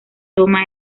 toma